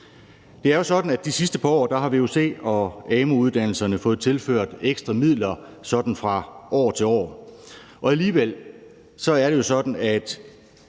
Det er jo sådan, at de sidste par år har vuc- og amu-uddannelserne fået tilført ekstra midler, sådan fra år til år, og alligevel er det jo sådan, at